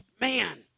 man